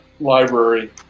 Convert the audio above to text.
library